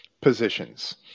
positions